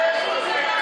ילדי ישראל,